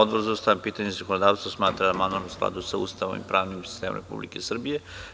Odbora za ustavna pitanja i zakonodavstvo smatra da je amandman u skladu sa Ustavom i sistemom Republike Srbije.